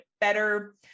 better